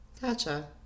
Gotcha